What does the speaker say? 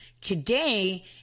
today